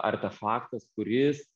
artefaktas kuris